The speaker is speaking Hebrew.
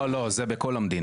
לא, לא, זה בכל המדינה.